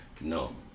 No